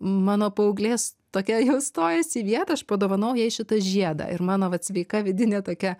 mano paauglės tokia jau stojas į vietą aš padovanojau jai šitą žiedą ir mano vat sveika vidinė tokia